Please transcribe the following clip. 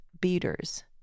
beaters